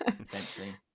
essentially